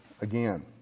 again